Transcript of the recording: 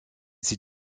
c’est